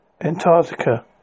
Antarctica